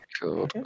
cool